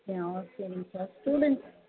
அப்படியா ஓகேங்க sir student